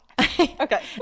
Okay